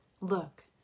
Look